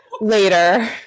later